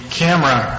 camera